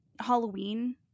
Halloween